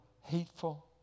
hateful